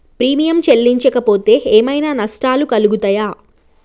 Premium చెల్లించకపోతే ఏమైనా నష్టాలు కలుగుతయా?